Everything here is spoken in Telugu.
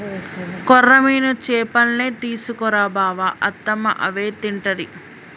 కొర్రమీను చేపల్నే తీసుకు రా బావ అత్తమ్మ అవే తింటది